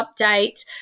update